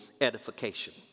edification